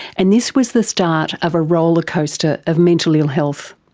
and this was the start of a roller coaster of mental ill health.